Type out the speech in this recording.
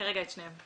כרגע את שניהם.